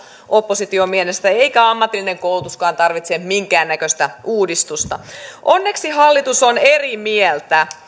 opposition mielestä työelämä ei muutu eikä ammatillinen koulutuskaan tarvitse minkäännäköistä uudistusta onneksi hallitus on eri mieltä